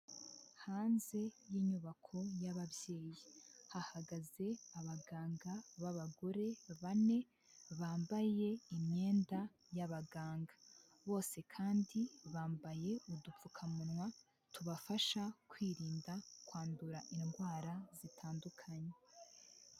Hanze y'inyubako y'ababyeyi, hahagaze abaganga b'abagore bane, bambaye imyenda y'abaganga, bose kandi bambaye udupfukamunwa tubafasha kwirinda kwandura indwara zitandukanye.